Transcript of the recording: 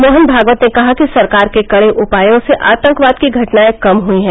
मोहन भागवत ने कहा कि सरकार के कड़े उपायों से आतंकवाद की घटनाएं कम हुई हैं